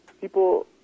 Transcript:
people